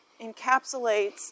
encapsulates